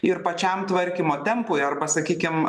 ir pačiam tvarkymo tempui arba sakykim